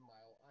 Mile